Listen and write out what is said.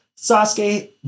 Sasuke